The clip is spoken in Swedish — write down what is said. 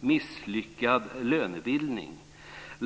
För det första har de bidragit till en misslyckad lönebildning.